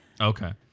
Okay